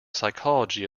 psychology